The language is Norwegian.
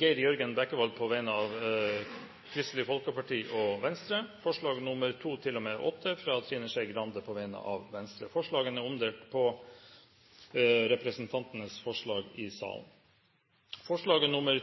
Geir Jørgen Bekkevold på vegne av Kristelig Folkeparti og Venstre forslagene nr. 2–8, fra Trine Skei Grande på vegne av Venstre Forslagene er omdelt på representantenes plasser i salen. Det voteres først over forslagene nr.